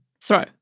Throw